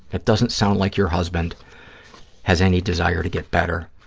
it doesn't sound like your husband has any desire to get better,